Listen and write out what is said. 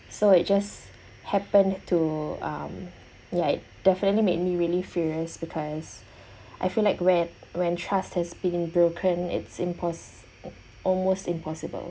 so it just happened to um ya definitely made me really furious because I feel like when when trust has been broken its impos~ almost impossible